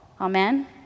Amen